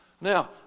Now